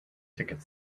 ticket